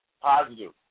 positive